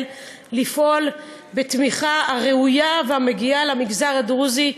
לפעול בתמיכה הראויה והמגיעה למגזר הדרוזי,